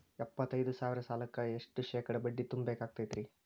ಎಪ್ಪತ್ತೈದು ಸಾವಿರ ಸಾಲಕ್ಕ ಎಷ್ಟ ಶೇಕಡಾ ಬಡ್ಡಿ ತುಂಬ ಬೇಕಾಕ್ತೈತ್ರಿ?